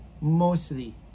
mostly